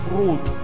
road